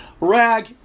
rag